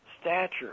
stature